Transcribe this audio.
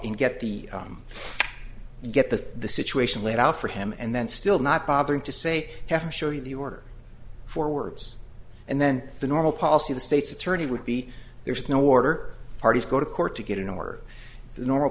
and get the him get the the situation laid out for him and then still not bothering to say have to show you the order forwards and then the normal policy the state's attorney would be there's no order parties go to court to get an or